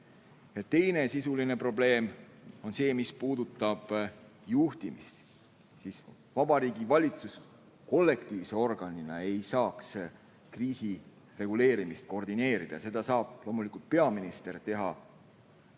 Teine sisuline probleem puudutab juhtimist. Vabariigi Valitsus kollektiivse organina ei saaks kriisireguleerimist koordineerida, seda saab teha peaminister ühe